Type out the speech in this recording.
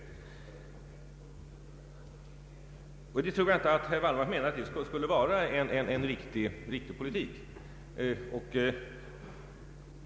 Jag tror inte att herr Wallmark menar att detta vore en riktig politik.